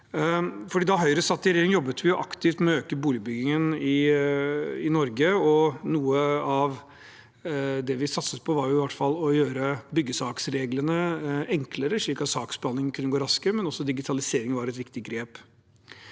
Da Høyre satt i regjering, jobbet vi aktivt med å øke boligbyggingen i Norge. Noe av det vi satset på, var i hvert fall å gjøre byggesaksreglene enklere slik at saksbehandlingen kunne gå raskere, men også digitalisering var et viktig grep.